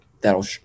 that'll